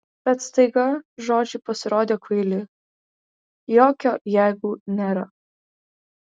bet staiga žodžiai pasirodė kvaili jokio jeigu nėra